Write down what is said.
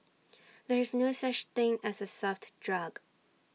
there is no such thing as A soft drug